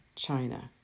China